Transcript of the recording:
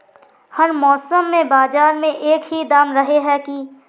हर मौसम में बाजार में एक ही दाम रहे है की?